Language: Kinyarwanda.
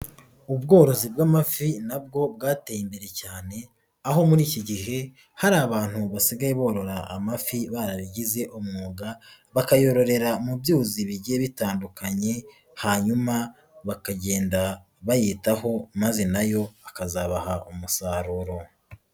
Ubworozi bw'amafi nabwo bwateye imbere cyane, aho muri iki gihe hari abantu basigaye borora amafi barabigize umwuga, bakayororera mu byuzi bigiye bitandukanye hanyuma bakagenda bayitaho maze na yo akazabaha umusaruro.